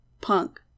punk